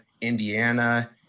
Indiana